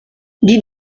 dis